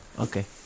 Okay